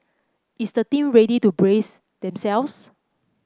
is the team ready to brace themselves